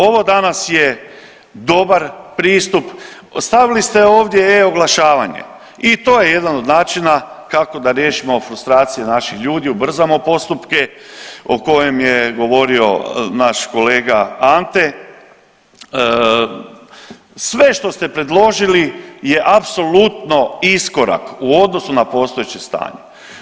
Ovo danas je dobar pristup, stavili ste ovdje e-oglašavanje i to je jedan od načina kako da riješimo frustracije naših ljudi ubrzamo postupke o kojem je govorio naš kolega Ante, sve što ste predložili je apsolutno iskorak u odnosu na postojeće stanje.